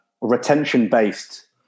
retention-based